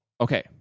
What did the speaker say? Okay